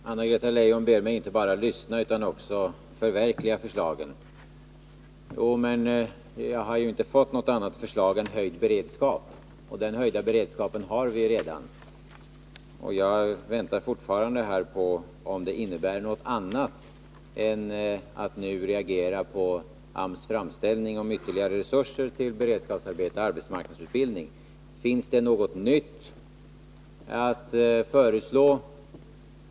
Herr talman! Anna-Greta Leijon ber mig att inte bara lyssna till utan också förverkliga de konstruktiva förslagen. Jo, men jag har ju inte fått något annat förslag än det om höjd beredskap, och en sådan har vi redan. Jag väntar fortfarande på klarhet i frågan om det gäller något annat än att nu reagera på AMS framställning om ytterligare resurser till beredskapsarbeten och arbetsmarknadsutbildning. Finns det något nytt att föreslå?